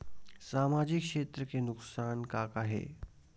सामाजिक क्षेत्र के नुकसान का का हे?